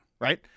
Right